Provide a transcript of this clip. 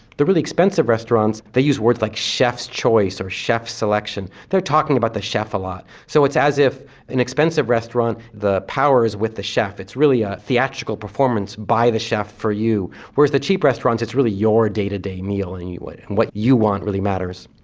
the really expensive restaurants, they use words like chef's choice or chef's selection. they're talking about the chef a lot, so it's as if in expensive restaurants, the power is with the chef it's really a theatrical performance by the chef for you, whereas in the cheap restaurants, it's really your day-to-day meal and what and what you want really matters.